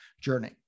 journey